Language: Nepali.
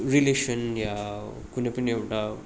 रिलेसन या कुनै पनि एउटा